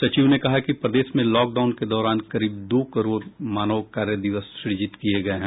सचिव ने कहा कि प्रदेश में लॉक डाउन के दौरान करीब दो करोड़ मानव कार्यदिवस स्रजित किये गये हैं